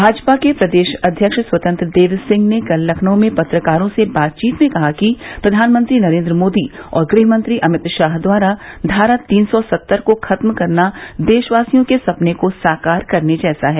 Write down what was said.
भाजपा के प्रदेश अध्यक्ष स्वतंत्र देव सिंह ने कल लखनऊ में पत्रकारों से बातचीत में कहा कि प्रधानमंत्री नरेन्द्र मोदी और गृहमंत्री अमित शाह द्वारा धारा तीन सौ सत्तर को खत्म करना देशवासियों के सपने को साकार करने जैसा है